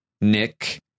Nick